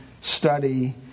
study